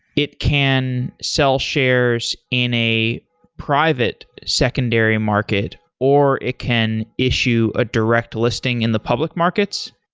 it can sell shares in a private secondary market, or it can issue a direct listing in the public markets?